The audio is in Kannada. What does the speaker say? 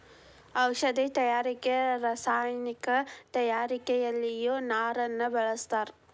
ಔಷದಿ ತಯಾರಿಕೆ ರಸಾಯನಿಕ ತಯಾರಿಕೆಯಲ್ಲಿಯು ನಾರನ್ನ ಬಳಸ್ತಾರ